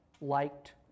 liked